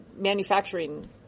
manufacturing